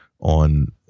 on